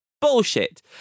bullshit